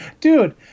Dude